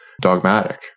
dogmatic